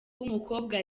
w’umukobwa